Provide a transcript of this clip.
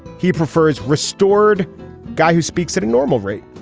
he prefers restored guy who speaks at a normal rate.